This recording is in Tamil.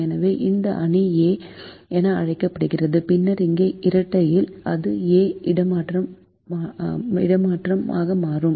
எனவே இந்த அணி A என அழைக்கப்படுகிறது பின்னர் இங்கே இரட்டையில் அது A இடமாற்றமாக மாறும்